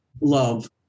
love